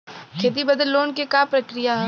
खेती बदे लोन के का प्रक्रिया ह?